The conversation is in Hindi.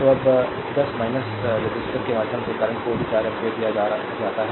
तो अब 10 रेसिस्टर के माध्यम से करंट को भी 4 एम्पीयर दिया जाता है